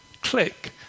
click